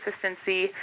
consistency